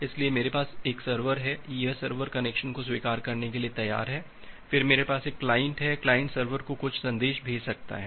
इसलिए मेरे पास एक सर्वर है यह सर्वर कनेक्शन को स्वीकार करने के लिए तैयार है फिर मेरे पास एक क्लाइंट है क्लाइंट सर्वर को कुछ संदेश भेज सकता है